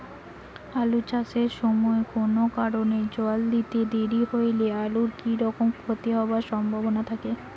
আলু চাষ এর সময় কুনো কারণে জল দিতে দেরি হইলে আলুর কি রকম ক্ষতি হবার সম্ভবনা থাকে?